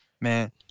Man